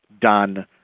done